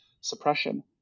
suppression